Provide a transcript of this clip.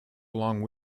along